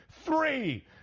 three